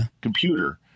computer